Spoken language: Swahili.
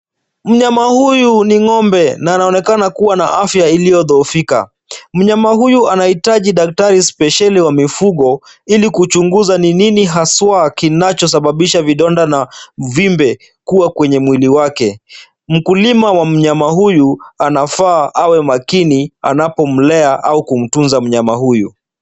Mnyama huyu ni ng'ombe na anaonekana kuwa na afya iliyodhoofika. Mnyama huyu anahitaji daktari spesheli wa mifugo ili kuchunguza ni nini haswa kinachosababisha vidonda na uvimbe kuwa kwenye mwili wake. Mkulima wa mnyama huyu anafaa awe makini anapomlea au kumtunza mnyama huyu.